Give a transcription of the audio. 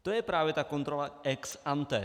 To je právě ta kontrola ex ante.